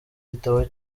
gitabo